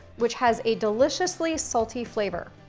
which has a deliciously salty flavor.